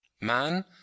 Man